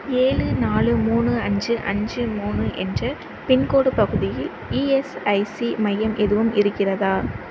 ஏழு நாலு மூணு அஞ்சு அஞ்சு மூணு என்ற பின்கோடு பகுதியில் இஎஸ்ஐசி மையம் எதுவும் இருக்கிறதா